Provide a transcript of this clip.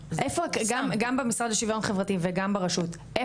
גם במשרד לשוויון חברתי וגם ברשות לזכויות ניצולי השואה,